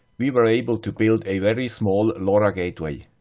we were able to build a very small lora gateway.